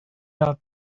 out